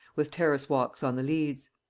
with terrace walks on the leads.